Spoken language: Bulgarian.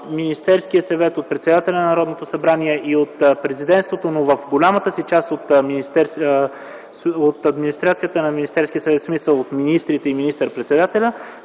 Министерския съвет, от председателя на Народното събрание и от Президентството, но в голямата си част от администрацията на Министерския съвет – в смисъл от министрите и министър-председателя,